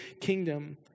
kingdom